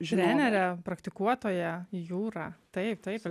trenere praktikuotoja jūra taip taip